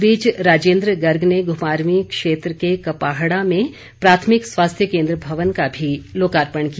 इस बीच राजेन्द्र गर्ग ने घुमारवीं क्षेत्र के कपाहड़ा में प्राथमिक स्वास्थ्य केन्द्र भवन का भी लोकार्पण किया